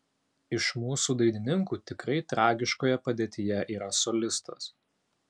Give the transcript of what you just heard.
iš mūsų dainininkų tikrai tragiškoje padėtyje yra solistas